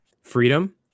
freedom